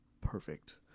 perfect